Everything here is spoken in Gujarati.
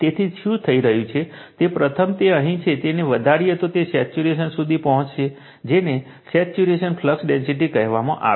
તેથી શું થઈ રહ્યું છે પ્રથમ તે અહીં છે તેને વધારીએ તો તે સેચ્યુરેશન સુધી પહોંચશે જેને સેચ્યુરેશન ફ્લક્સ ડેન્સિટી કહેવામાં આવે છે